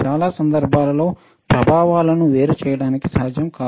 చాలా సందర్భాలలో ప్రభావాలను వేరు చేయడానికి సాధ్యం కాదు